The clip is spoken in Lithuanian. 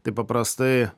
tai paprastai